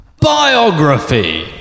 Biography